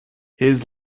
his